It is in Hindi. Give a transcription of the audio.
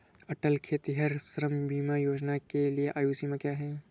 अटल खेतिहर श्रम बीमा योजना के लिए आयु सीमा क्या है?